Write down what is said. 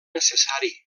necessari